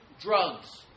drugs